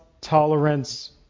tolerance